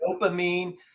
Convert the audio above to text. dopamine